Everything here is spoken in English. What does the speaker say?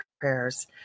prayers